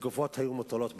וגופות היו מוטלות ברחוב.